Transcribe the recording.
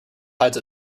hides